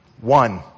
One